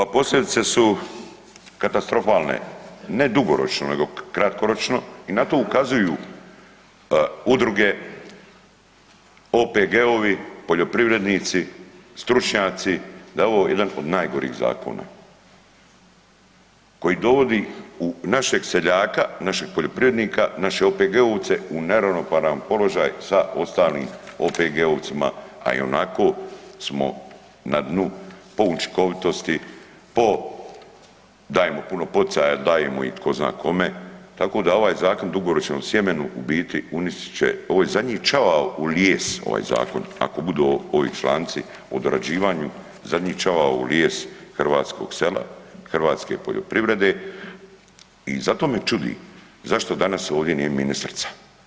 Pa posljedice su katastrofalne, ne dugoročno nego kratkoročno i na to ukazuju udruge, OPG-ovi, poljoprivrednici, stručnjaci da je ovo jedan od najgorih zakona koji dovodi našeg seljaka, našeg poljoprivrednika, naše OPG-vce u neravnopravan položaj sa ostalim OPG-ovcima a i onako smo na snu po učinkovitosti, po dajemo puno poticaja, dajemo ih tko zna kome, tako da ovaj dugoročno o sjemenu, u biti uništit će, ovo je zadnji čavao u lijes, ovaj zakon, ako budu ovi članci o dorađivanju, zadnji čavao u lijes hrvatskog sela, hrvatske poljoprivrede i zato me čudi zašto danas ovdje nije ministrica.